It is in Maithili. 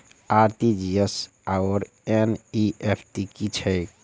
आर.टी.जी.एस आओर एन.ई.एफ.टी की छैक?